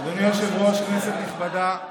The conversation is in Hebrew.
אדוני היושב-ראש, כנסת נכבדה,